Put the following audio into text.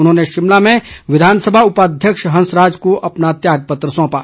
उन्होंने शिमला में विधानसभा उपाध्यक्ष हंसराज को अपना त्यागपत्र सौंपा